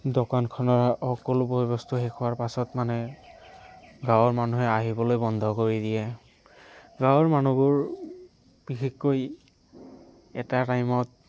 দোকানখনৰ সকলো বয় বস্তু শেষ হোৱাৰ পাছত মানে গাঁৱৰ মানুহে আহিবলৈ বন্ধ কৰি দিয়ে গাঁৱৰ মানুহবোৰ বিশেষকৈ এটা টাইমত